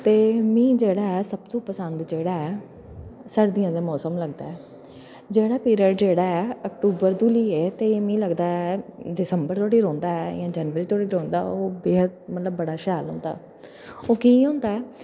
ते मिगी जेह्ड़ा ऐ सब तों पसंद जेह्ड़ा ऐ सर्दियां दा मौसम लगदा ऐ जेह्ड़ा पीरियड जेह्ड़ा ऐ अक्तूबर तों लेइयै ते मिगी लगदा ऐ दिसंबर धोड़ी रौंह्दा ऐ जां जनवरी धोड़ी रौंह्दा ऐ ओह् बेहद मतलब बड़ा शैल होंदा ओह् केह् होंदा ऐ